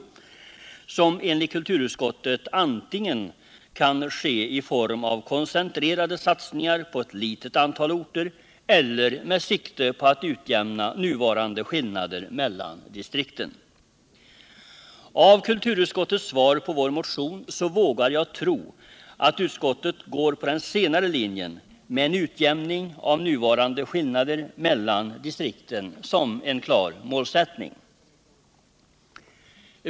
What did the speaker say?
Den kan enligt kulturutskottet antingen ske i form av koncentrerade satsningar på ett litet antal orter eller med sikte på att utjämna nuvarande skillnader mellan distrikten. Med tanke på kulturutskottets svar på vår motion vågar jag tro att utskottet följer den senare linjen med en utjämning av nuvarande skillnader mellan distrikten som klar målsättning.